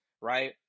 right